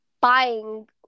buying